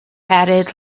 added